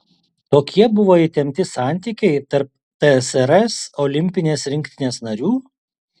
tokie buvo įtempti santykiai tarp tsrs olimpinės rinktinės narių